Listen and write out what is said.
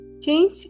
Change